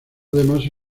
además